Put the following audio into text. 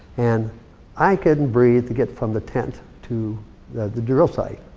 and i couldn't breath to get from the tent to the the drill site.